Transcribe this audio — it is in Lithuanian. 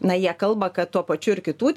na jie kalba kad tuo pačiu ir kitų